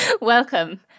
Welcome